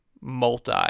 multi